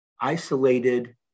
isolated